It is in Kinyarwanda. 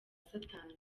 satani